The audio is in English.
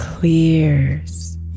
clears